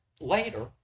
later